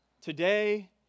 today